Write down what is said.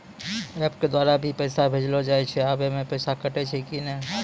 App के द्वारा भी पैसा भेजलो जाय छै आबै मे पैसा कटैय छै कि नैय?